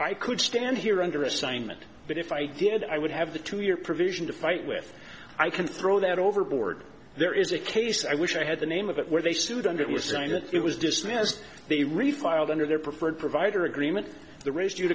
i could stand here under assignment but if i did i would have the two year provision to fight with i can throw that overboard there is a case i wish i had the name of it where they sued under it was saying that it was dismissed the refiled under their preferred provider agreement the ra